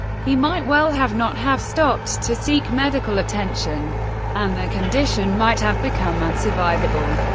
he might well have not have stopped to seek medical attention and the condition might have become unsurvivable.